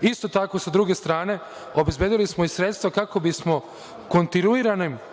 Isto tako, sa druge strane, obezbedili smo i sredstva kako bismo kontinuiranim sistemskim